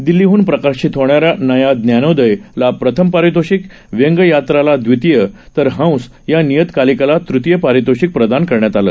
दिल्लीहून प्रकाशित होणाऱ्या नया ज्ञानोदय ला प्रथम पारितोषिक व्यंग यात्राला दवितीय तर हंस या नियतकालिकाला तृतीय पारितोषिक प्रदान करण्यात आलं